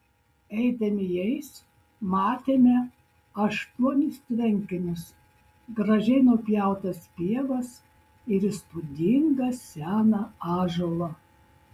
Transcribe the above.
eidami jais matėme aštuonis tvenkinius gražiai nupjautas pievas ir įspūdingą seną ąžuolą